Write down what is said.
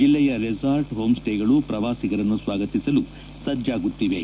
ಜಿಲ್ಲೆಯ ರೆಸಾರ್ಟ್ ಹೋಮ್ಸ್ಟೇಗಳು ಪ್ರವಾಸಿಗರನ್ನು ಸ್ವಾಗತಿಸಲು ಸಜ್ಜಾಗುತ್ತಿವೆ